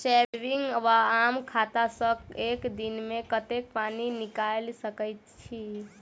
Saving वा आम खाता सँ एक दिनमे कतेक पानि निकाइल सकैत छी?